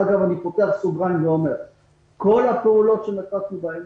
בסוגריים אני אומר שכל הפעולות שנקטנו בהן